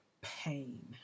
Pain